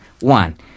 one